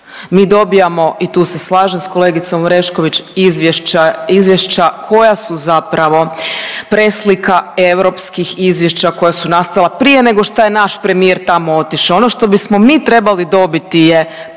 Mi dobijamo, i tu se slažem s kolegicom Orešković, izvješća koja su zapravo preslika europskih izvješća koja su nastala prije nego što je naš premijer tamo otišao. Ono što bismo mi trebali dobiti je